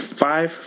Five